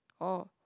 oh